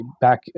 back